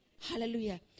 Hallelujah